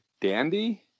Dandy